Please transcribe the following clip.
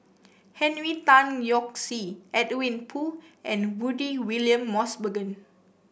Henry Tan Yoke See Edwin Koo and Rudy William Mosbergen